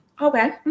okay